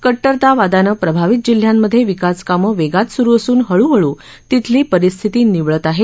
कट्टरतावादानं प्रभावित जिल्ह्यांमधे विकासकामं वेगात सुरु असून हळूहळू तिथली परिस्थिती निवळत आहे